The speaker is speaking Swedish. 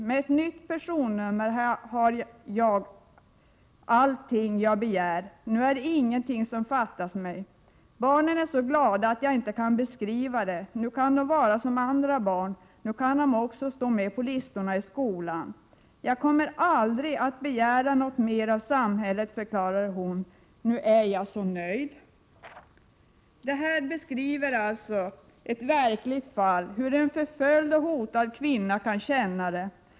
— Med ett nytt personnummer har jag allting jag begär. Nu är det ingenting som fattas mig. — Barnen är så glada att jag inte kan beskriva det. Nu kan de vara som andra barn. Nu kan de också stå med på listorna i skolan. — Jag kommer aldrig att begära något mer av samhället, förklarade hon. Nu är jag så nöjd.” Här beskrivs alltså ett verkligt fall, hur en förföljd och hotad kvinna kan känna det.